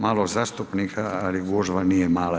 Malo zastupnika, ali gužva nije mala.